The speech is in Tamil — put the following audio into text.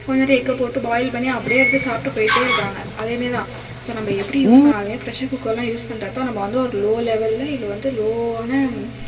கொஞ்சோண்டு எக்க போட்டு பாயில் பண்ணி அப்படியே எடுத்து சாப்பிட்டு போயிட்டே இருக்காங்க அதே மாரி தான் ஸோ நம்ம எப்படி யூஸ் பண்ணாலும் ப்ரஷர் குக்கர்லாம் யூஸ் பண்ணுறப்ப நம்ம வந்து ஒரு லோ லெவலில் இல்லை வந்து லோவான